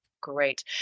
Great